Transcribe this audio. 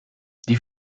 die